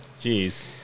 Jeez